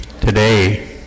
today